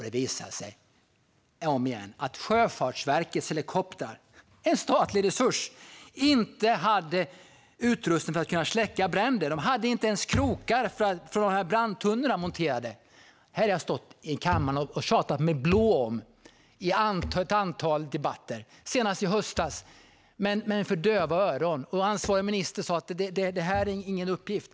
Det visade sig återigen att Sjöfartsverkets helikoptrar, en statlig resurs, inte hade utrustning för att släcka bränder. De hade inte ens krokar för att ha brandtunnorna monterade. Detta har jag stått i kammaren och tjatat mig blå om i ett antal debatter, senast i höstas, men för döva öron. Ansvarig minister sa att detta inte är någon uppgift.